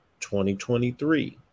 2023